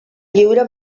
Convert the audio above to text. lliure